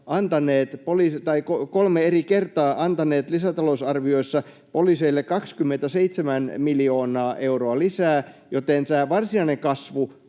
kolme eri kertaa antaneet lisätalousarvioissa poliiseille 27 miljoonaa euroa lisää, joten tämä varsinainen kasvu